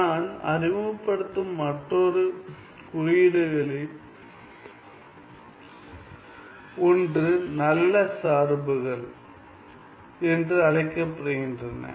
நான் அறிமுகப்படுத்தும் மற்ற குறியீடுகளில் ஒன்று நல்ல சார்புகள் என்று அழைக்கப்படுகின்றன